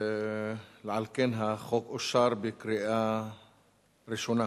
לכן החוק אושר בקריאה ראשונה.